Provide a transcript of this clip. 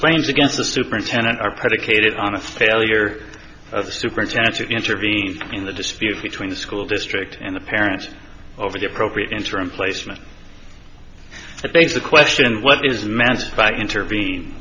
claims against the superintendent are predicated on a failure of the superintendent to intervene in the dispute between the school district and the parent over the appropriate interim placement i think the question what is meant by interven